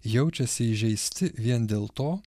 jaučiasi įžeisti vien dėl to